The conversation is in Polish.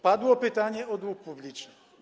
Padło pytanie o dług publiczny.